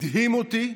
הדהים אותי: